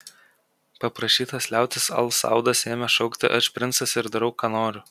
paprašytas liautis al saudas ėmė šaukti aš princas ir darau ką noriu